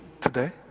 today